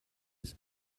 his